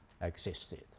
existed